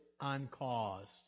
uncaused